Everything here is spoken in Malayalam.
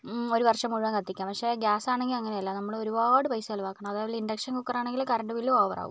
ഒരു വര്ഷം മുഴുവന് കത്തിക്കാം പക്ഷേ ഗൃാസ് ആണെങ്കില് അങ്ങനെ അല്ല നമ്മള് ഒരുപാട് പൈസ ചിലവാക്കണം അതുപോലെ ഇന്ഡക്ഷന് കുക്കര് ആണെങ്കില് കറന്റ് ബില്ലും ഓവര് ആവും